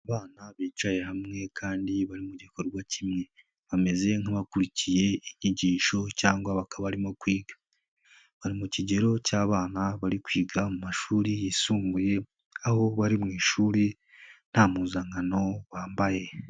Abana bicaye hamwe kandi bari mu gikorwa kimwe. Bameze nk'abakurikiye inyigisho cyangwa bakaba barimo kwiga. Bari mu kigero cy'abana bari kwiga mu mashuri yisumbuye, aho bari mu ishuri nta mpuzankano bambaye.